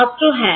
ছাত্র হ্যাঁ